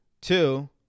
Two